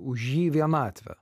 už jį vienatvę